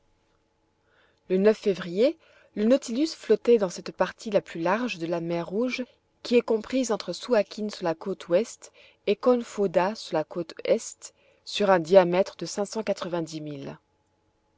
le février le nautilus flottait dans cette partie la plus large de la mer rouge qui est comprise entre souakin sur la côte ouest et quonfodah sur la côte est sur un diamètre de